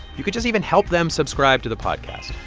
you could just even help them subscribe to the podcast.